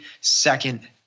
second –